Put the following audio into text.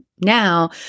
now